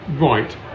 right